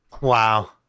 Wow